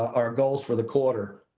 our goals for the quarter.